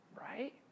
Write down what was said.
right